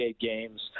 games